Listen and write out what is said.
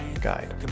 guide